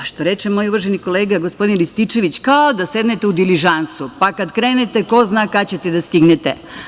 Pa, što reče moj uvaženi kolega gospodin Rističević, kao da sednete u diližansu, pa kad krenete, ko zna kad ćete da stignete.